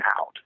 out